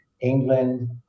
England